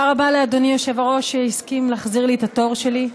תודה רבה לאדוני היושב-ראש על שהסכים להחזיר לי את התור שלי.